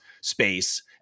space